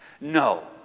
No